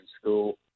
school